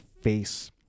face